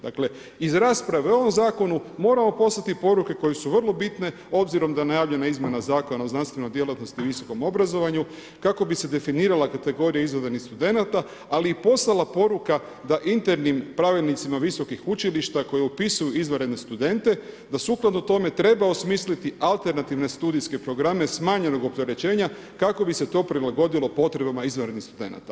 Dakle iz rasprave u ovom zakonu moramo poslati poruke koje su vrlo bitne obzirom da najavljena izmjena Zakona o znanstvenoj djelatnosti i visokom obrazovanju kako bi se definirala kategorija izvanrednih studenata, ali i poslala poruka da internim pravilnicima visokih učilišta koja upisuju izvanredne studente da sukladno tome treba osmisliti alternativne studijske programe smanjenog opterećenja kako bi se to prilagodilo potrebama izvanrednih studenata.